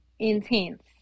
Intense